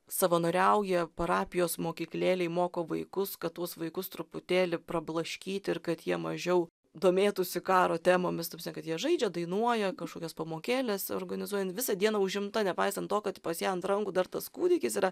savanoriauja parapijos mokyklėlėj moko vaikus kad tuos vaikus truputėlį prablaškyti ir kad jie mažiau domėtųsi karo temomis ta prasme kad jie žaidžia dainuoja kažkokias pamokėlės organizuoja jin visą dieną užimta nepaisant to kad pas ją ant rankų dar tas kūdikis yra